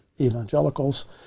evangelicals